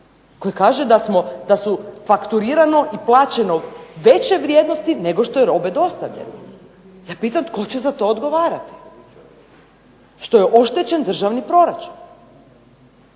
koji kaže da su fakturirano i plaćeno veće vrijednosti nego što je robe dostavljeno. Ja pitam tko će za to odgovarati što je oštećen državni proračun.